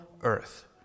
earth